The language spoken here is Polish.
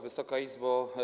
Wysoka Izbo!